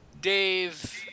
Dave